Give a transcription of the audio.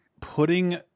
putting